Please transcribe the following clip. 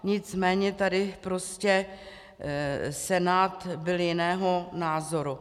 Nicméně tady prostě Senát byl jiného názoru.